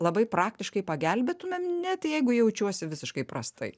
labai praktiškai pagelbėtumėm net jeigu jaučiuosi visiškai prastai